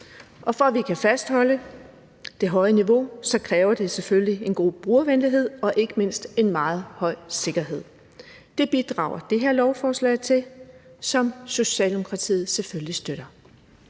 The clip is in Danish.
For at vi kan fastholde det høje niveau, kræver det selvfølgelig en god brugervenlighed og ikke mindst en meget høj sikkerhed. Det bidrager det her lovforslag, som Socialdemokratiet selvfølgelig støtter,